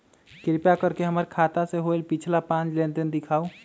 कृपा कर के हमर खाता से होयल पिछला पांच लेनदेन दिखाउ